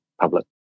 public